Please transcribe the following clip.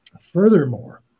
Furthermore